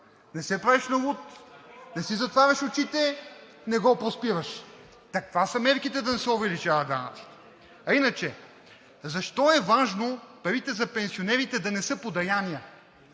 не се правиш на луд, не си затваряш очите, не го проспиваш. Та това са мерките, за да не се увеличават данъците. А иначе, защо е важно парите за пенсионерите да не са подаяния,